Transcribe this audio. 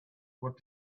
what